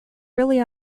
really